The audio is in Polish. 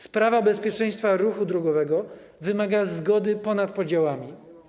Sprawa bezpieczeństwa ruchu drogowego wymaga zgody ponad podziałami.